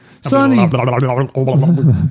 Sonny